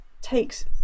takes